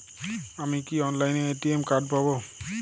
আমি কি অনলাইনে এ.টি.এম কার্ড পাব?